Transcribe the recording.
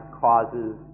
causes